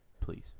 Please